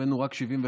הבאנו רק 75%,